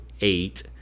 eight